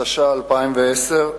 התש"ע 2010,